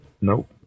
Nope